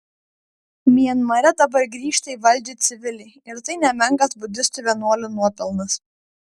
mianmare dabar grįžta į valdžią civiliai ir tai nemenkas budistų vienuolių nuopelnas